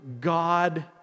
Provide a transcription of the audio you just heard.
God